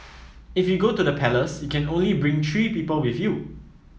if you go to the palace you can only bring three people with you